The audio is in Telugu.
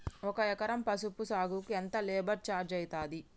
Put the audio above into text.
ఒక ఎకరం పసుపు సాగుకు ఎంత లేబర్ ఛార్జ్ అయితది?